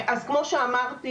כמו שאמרתי,